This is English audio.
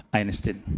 Einstein